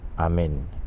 Amen